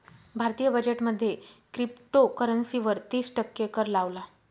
भारतीय बजेट मध्ये क्रिप्टोकरंसी वर तिस टक्के कर लावला